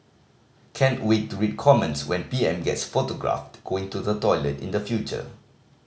can't wait to read comments when P M gets photographed going to the toilet in the future